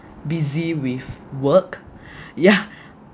busy with work yeah